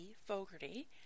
Fogarty